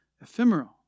Ephemeral